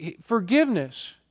forgiveness